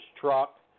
truck